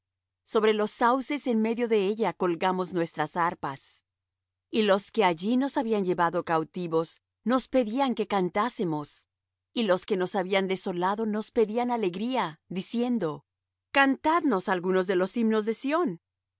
sobre los sauces en medio de ella colgamos nuestras arpas y los que allí nos habían llevado cautivos nos pedían que cantásemos y los que nos habían desolado nos pedían alegría diciendo cantadnos algunos de los himnos de sión